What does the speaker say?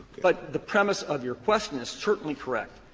but the premise of your question is certainly correct.